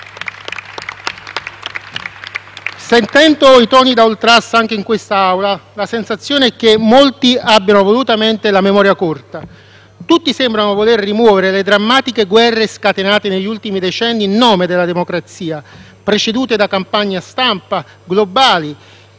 Sentendo i toni da ultrà anche in quest'Aula, la sensazione è che molti abbiano volutamente la memoria corta. Tutti sembrano voler rimuovere le drammatiche guerre scatenate negli ultimi decenni in nome della democrazia, precedute da campagne-stampa globali